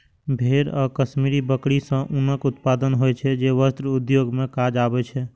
भेड़ आ कश्मीरी बकरी सं ऊनक उत्पादन होइ छै, जे वस्त्र उद्योग मे काज आबै छै